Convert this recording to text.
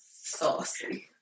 Saucy